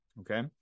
Okay